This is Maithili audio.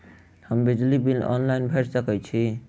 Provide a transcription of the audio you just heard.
हम बिजली बिल ऑनलाइन भैर सकै छी?